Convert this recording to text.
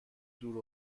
دور